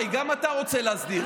הרי גם אתה רוצה להסדיר.